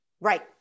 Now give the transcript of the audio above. Right